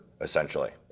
essentially